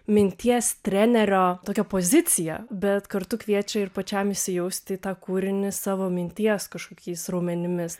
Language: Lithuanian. minties trenerio tokią pozicija bet kartu kviečia ir pačiam įsijausti į tą kūrinį savo minties kažkokiais raumenimis